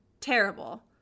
Terrible